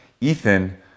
Ethan